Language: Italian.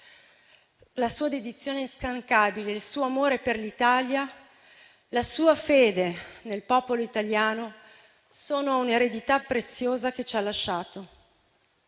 La sua dedizione instancabile, il suo amore per l'Italia, la sua fede nel popolo italiano sono un'eredità preziosa che ci ha lasciato.